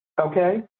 Okay